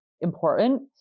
important